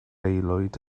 aelwyd